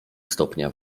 stopnia